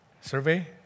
Survey